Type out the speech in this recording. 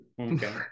Okay